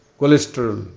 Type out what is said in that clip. cholesterol